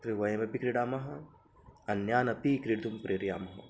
तत्र वयमपि क्रीडामः अन्यान् अपि क्रीडितुं प्रेरयामः